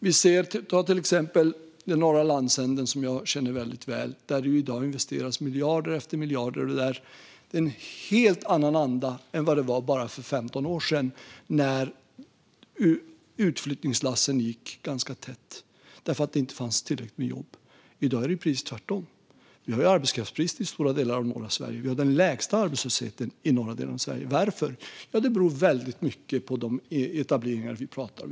Ta till exempel den norra landsänden, som jag känner väldigt väl, där det i dag investeras miljarder efter miljarder och är en helt annan anda än det var för bara 15 år sedan, när utflyttningslassen gick ganska tätt därför att det inte fanns tillräckligt med jobb. I dag är det precis tvärtom. Nu har vi arbetskraftsbrist i stora delar av norra Sverige. Vi har den lägsta arbetslösheten i norra delen av Sverige. Varför? Ja, det beror väldigt mycket på de etableringar vi pratar om.